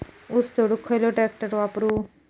ऊस तोडुक खयलो ट्रॅक्टर वापरू?